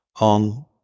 on